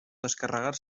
descarregar